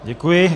Děkuji.